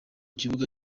kibuga